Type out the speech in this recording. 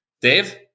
Dave